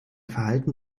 verhalten